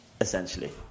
essentially